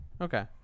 Okay